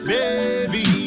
Baby